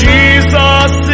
Jesus